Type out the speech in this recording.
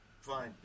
Fine